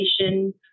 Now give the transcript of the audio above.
education